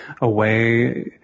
away